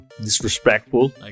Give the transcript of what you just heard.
disrespectful